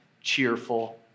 cheerful